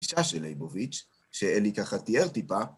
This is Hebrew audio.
הגישה של לייבוביץ', שאלי ככה תיאר טיפה.